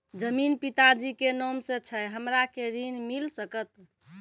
जमीन पिता जी के नाम से छै हमरा के ऋण मिल सकत?